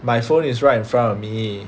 my phone is right in front of me